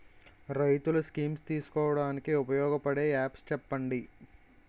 రైతులు స్కీమ్స్ తెలుసుకోవడానికి ఉపయోగపడే యాప్స్ చెప్పండి?